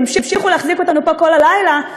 תמשיכו להחזיק אותנו פה כל הלילה,